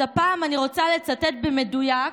אז הפעם אני רוצה לצטט במדויק,